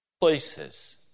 places